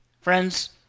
Friends